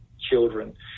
children